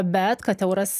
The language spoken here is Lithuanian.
bet kad euras